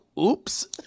Oops